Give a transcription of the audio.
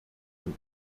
dem